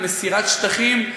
על מסירת שטחים?